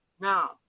Now